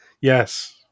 Yes